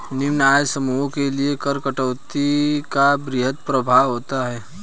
निम्न आय समूहों के लिए कर कटौती का वृहद प्रभाव होता है